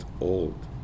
old